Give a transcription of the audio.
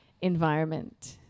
environment